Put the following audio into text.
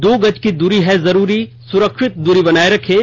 दो गज की दूरी है जरूरी सुरक्षित दूरी बनाए रखें